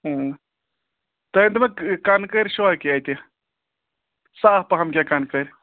تُہۍ ؤنۍ تو مےٚ کَنٛدٕکٔرۍ چھُوا کینٛہہ اَتہِ صاف پَہَم کینٛہہ کَنٛدٕکٔرۍ